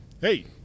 Hey